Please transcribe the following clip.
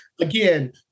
again